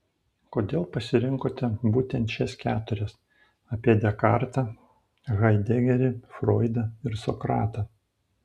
kodėl pasirinkote būtent šias keturias apie dekartą haidegerį froidą ir sokratą